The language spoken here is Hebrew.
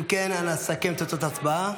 אם כן, אנא סכם את תוצאות ההצבעה.